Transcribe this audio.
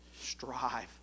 Strive